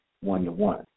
one-to-one